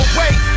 wait